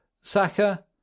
Saka